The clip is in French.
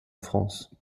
france